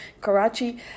Karachi